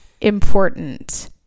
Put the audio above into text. important